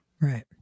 Right